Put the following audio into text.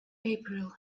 april